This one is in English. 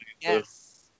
Yes